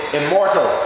immortal